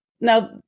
now